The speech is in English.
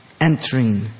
entering